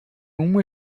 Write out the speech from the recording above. uma